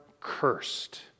cursed